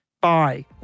Bye